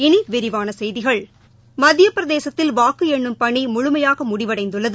இனிவிரிவானசெய்திகள் மத்தியபிரதேசத்தில் வாக்குஎண்ணும் பணிமுழுமையாகமுடிவடைந்துள்ளது